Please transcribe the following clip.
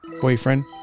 boyfriend